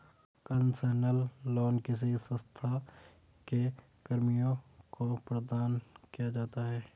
concessional loan किसी संस्था के कर्मियों को प्रदान किया जाता है